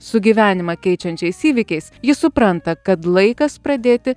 su gyvenimą keičiančiais įvykiais ji supranta kad laikas pradėti